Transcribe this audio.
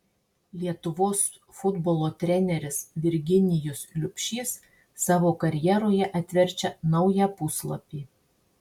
lietuvos futbolo treneris virginijus liubšys savo karjeroje atverčia naują puslapį